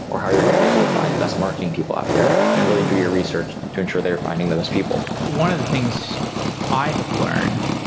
or how you're going to be able to find the best marketing people out there and really do your research to ensure they you're finding the best people. one of the things i have learned,